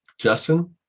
Justin